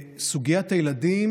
סוגיית הילדים